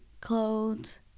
clothes